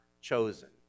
chosen